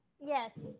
Yes